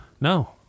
No